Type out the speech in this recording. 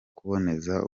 kuboneza